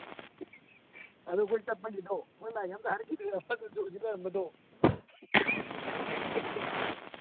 ꯑꯗꯨ ꯑꯩꯈꯣꯏ ꯆꯠꯄꯒꯤꯗꯣ ꯍꯣꯏ ꯃꯥꯏꯒ ꯑꯝꯇ ꯍꯥꯏꯔꯛꯈꯤꯗ꯭ꯔꯦꯕ ꯂꯩꯔꯝꯕꯗꯣ